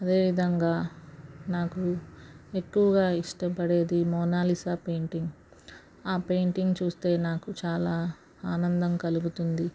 అదే విధంగా నాకు ఎక్కువగా ఇష్టపడేది మోనాలిసా పెయింటింగ్ ఆ పెయింటింగ్ చూస్తే నాకు చాలా ఆనందం కలుగుతుంది